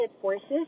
forces